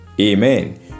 Amen